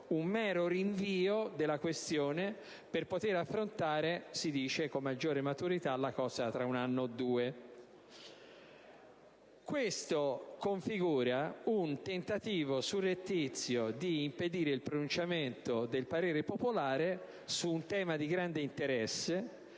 un mero rinvio della questione, per poterla affrontare con maggiore maturità tra un anno o due. Questo configura un tentativo surrettizio di impedire il pronunciamento del parere popolare su un tema di grande interesse,